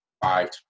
five